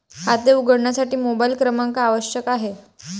खाते उघडण्यासाठी मोबाइल क्रमांक आवश्यक आहे